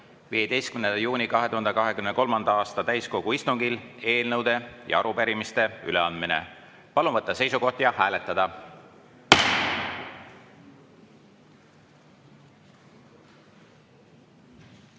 15. juuni 2023. aasta täiskogu istungil eelnõude ja arupärimiste üleandmine. Palun võtta seisukoht ja hääletada!